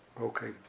okay